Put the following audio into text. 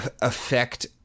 affect